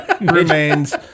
remains